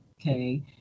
okay